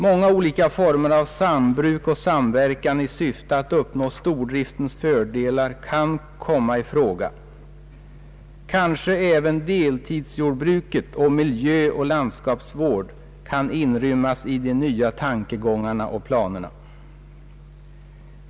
Många olika former av sambruk och samverkan i syfte att uppnå stordriftens fördelar kan komma i fråga. Kanske även deltidsjordbruket och miljöoch landskapsvården kan inrymmas i de nya tankegångarna och planerna.